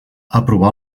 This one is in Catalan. aprovà